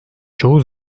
çoğu